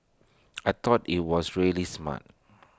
I thought IT was really smart